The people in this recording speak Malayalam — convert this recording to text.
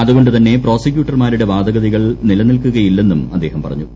അതുകൊണ്ടു തന്നെ പ്രൊസിക്യൂട്ടർമാരുടെ വാദഗതികൾ നിലനിൽക്കുകയില്ലെന്നും അദ്ദേഹം പറഞ്ഞു